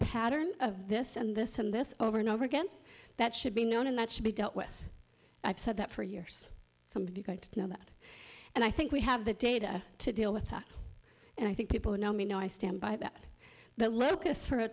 pattern of this and this and this over and over again that should be known and that should be dealt with i've said that for years somebody's got to know that and i think we have the data to deal with that and i think people who know me know i stand by that the locus for a